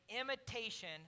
imitation